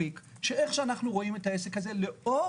איך אנחנו רואים את העסק הזה לאור